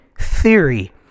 theory